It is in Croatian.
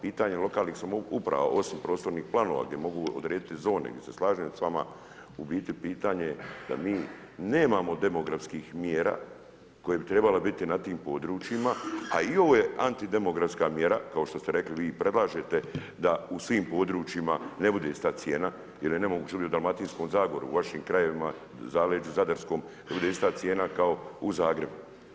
Pitanje lokalnih samouprava, osim prostornih plava gdje mogu odrediti zone, gdje se slažem s vama, u biti pitanje je da mi nemamo demografskih mjera koje bi trebale biti na tim područjima, a iole antidemografska mjera, kao što ste rekli, vi i predlažete da u svim područjima ne bude ista cijena jer je nemoguće ljudi u Dalmatinskoj zagori, u vašim krajevima, zaleđu zadarskom, da bude ista cijena kao u Zagrebu.